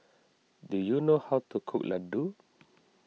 do you know how to cook Laddu